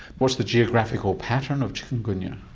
what's the geographical pattern of chikungunya?